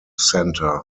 centre